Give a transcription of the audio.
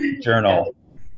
journal